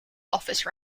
office